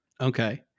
Okay